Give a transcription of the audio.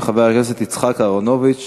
חבר הכנסת יצחק אהרונוביץ.